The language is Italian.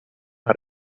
una